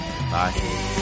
Bye